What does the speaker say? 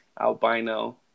albino